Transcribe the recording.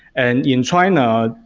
and in china,